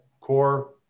Core